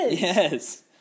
Yes